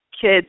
kids